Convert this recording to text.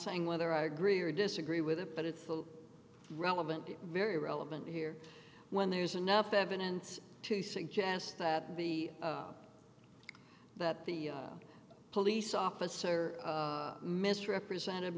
saying whether i agree or disagree with it but it's relevant very relevant here when there's enough evidence to suggest that b that the police officer misrepresented